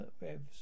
revs